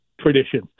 tradition